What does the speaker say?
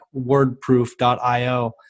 wordproof.io